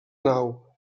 nau